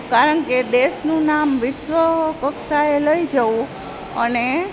કારણ કે દેશનું નામ વિશ્વ કક્ષાએ લઈ જવું અને